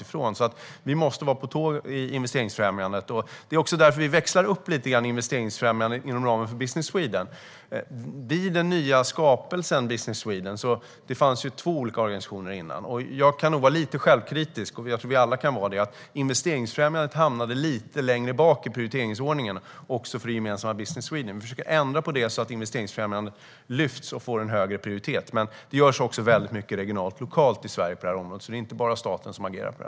Vi måste alltså vara på tå i investeringsfrämjandet. Det är också därför vi nu växlar upp investeringsfrämjandet inom ramen för Business Sweden. Det fanns ju två olika organisationer innan Business Sweden skapades, och jag kan nog vara lite självkritisk - det tror jag att vi alla kan vara - för att investeringsfrämjandet hamnade lite längre bak i prioriteringsordningen också för det gemensamma Business Sweden. Vi försöker ändra på detta, så att investeringsfrämjandet lyfts och får en högre prioritet. Men det görs också väldigt mycket regionalt och lokalt på det här området, så det är inte bara staten som agerar.